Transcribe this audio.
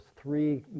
three